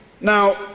Now